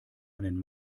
einen